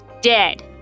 dead